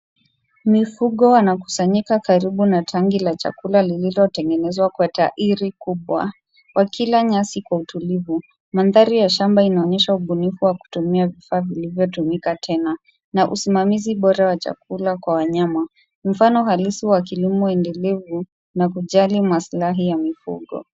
Mifugo wanakusanyika karibu na tangi la chakula lililotengenezwa kwa tairi kubwa, wakila nyasi kwa utulivu. Mandhari ya shamba inaonyesha ubunifu wa kutumia vifaa vilivyotumika tena, na usimamizi bora wa chakula kwa wanyama. Mfano halisi wa kilimo endelevu na kujali maslahi ya mifugo.